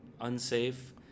unsafe